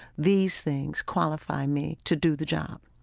these things qualify me to do the job.